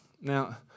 Now